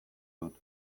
dut